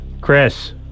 Chris